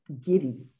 giddy